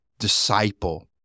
disciple